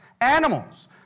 animals